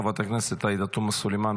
חברת הכנסת עאידה תומא סלימאן,